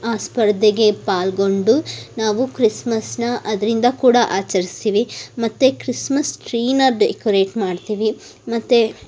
ಆ ಸ್ಪರ್ಧೆಗೆ ಪಾಲ್ಗೊಂಡು ನಾವು ಕ್ರಿಸ್ಮಸನ್ನು ಅದರಿಂದ ಕೂಡ ಆಚರಿಸ್ತೀವಿ ಮತ್ತು ಕ್ರಿಸ್ಮಸ್ ಟ್ರೀನ ಡೆಕೋರೇಟ್ ಮಾಡ್ತೀವಿ ಮತ್ತು